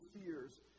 fears